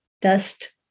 dust